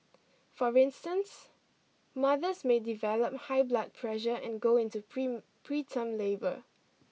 for instance mothers may develop high blood pressure and go into preterm labour